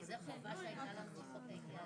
אנחנו כמובן נמצאים בשלב מקדמי.